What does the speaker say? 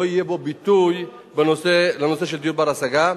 לא יהיה בה ביטוי לנושא של דיור בר-השגה.